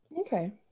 Okay